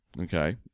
okay